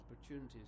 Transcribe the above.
opportunities